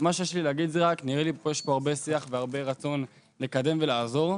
מה שיש לי להגיד זה רק נראה לי שיש פה הרבה שיח והרבה רצון לקדם ולעזור.